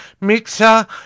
Mixer